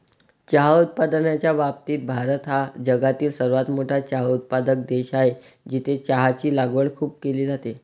चहा उत्पादनाच्या बाबतीत भारत हा जगातील सर्वात मोठा चहा उत्पादक देश आहे, जिथे चहाची लागवड खूप केली जाते